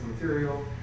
material